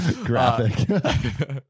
graphic